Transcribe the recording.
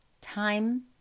time